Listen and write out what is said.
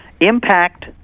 impact